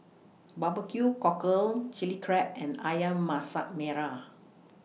Barbecue Cockle Chili Crab and Ayam Masak Merah